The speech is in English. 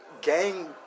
gang